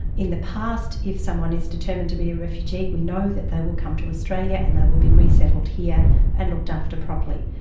in the past if someone is determined to be a refugee we know that they will come to australia and they will be resettled here and looked after properly.